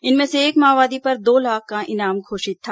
इनमें से एक माओवादी पर दो लाख का इनाम घोषित था